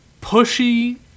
pushy